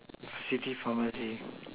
she give how many